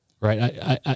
right